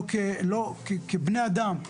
לא כבני אדם,